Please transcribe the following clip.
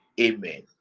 Amen